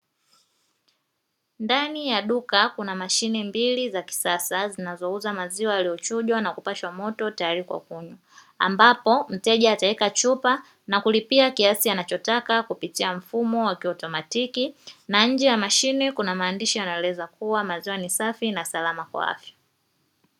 Ndani ya duka, kuna mashine mbili za kisasa zinazouza maziwa yaliyochujwa na kupashwa moto, tayari kwa kunywa ambapo mteja ataeka chupa na kulipia kwa mfumo wa kiautomatiki na nje ya mashine kuna maandishi, yanayoeleza kuwa maziwa ni safi na salama kwa afya.